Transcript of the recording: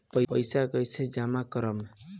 पैसा कईसे जामा करम?